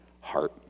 heart